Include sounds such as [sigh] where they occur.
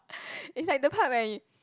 [breath] is like the part where he